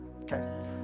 Okay